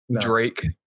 Drake